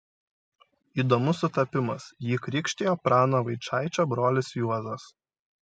įdomus sutapimas jį krikštijo prano vaičaičio brolis juozas